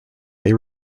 they